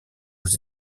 aux